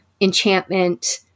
Enchantment